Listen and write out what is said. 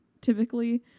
typically